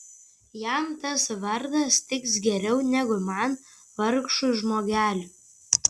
jam tas vardas tiks geriau negu man vargšui žmogeliui